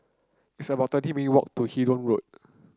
it's about twenty minute walk to Hindoo Road